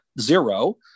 zero